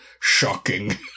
shocking